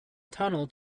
tunnel